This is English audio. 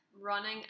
running